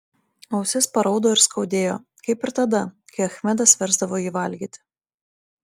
ausis paraudo ir skaudėjo kaip ir tada kai achmedas versdavo jį valgyti